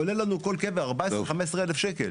עולה לנו כל קבר 14,000-15,000 שקלים.